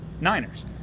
Niners